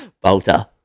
Bolter